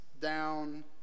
down